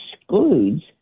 excludes